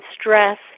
stress